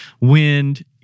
Wind